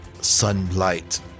sunlight